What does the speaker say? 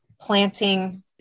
planting